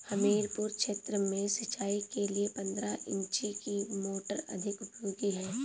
हमीरपुर क्षेत्र में सिंचाई के लिए पंद्रह इंची की मोटर अधिक उपयोगी है?